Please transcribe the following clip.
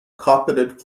carpeted